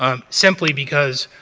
um simply because